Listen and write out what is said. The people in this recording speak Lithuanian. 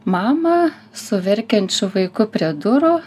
mamą su verkiančiu vaiku prie durų